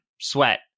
sweat